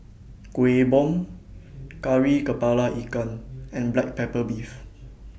Kueh Bom Kari Kepala Ikan and Black Pepper Beef